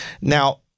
Now